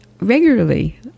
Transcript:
regularly